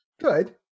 Good